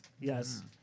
Yes